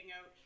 out